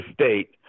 state